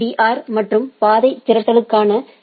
R மற்றும் பாதை திரட்டலுக்கான பி